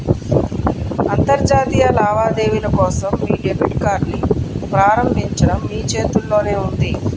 అంతర్జాతీయ లావాదేవీల కోసం మీ డెబిట్ కార్డ్ని ప్రారంభించడం మీ చేతుల్లోనే ఉంది